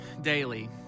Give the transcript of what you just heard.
daily